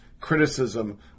criticism